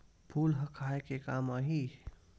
फूल ह खाये के काम आही?